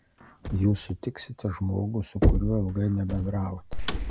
jūs sutiksite žmogų su kuriuo ilgai nebendravote